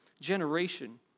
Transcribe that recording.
generation